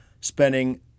spending